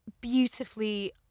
beautifully